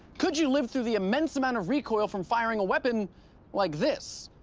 could you live through the immense amount of recoil from firing a weapon like this?